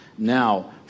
now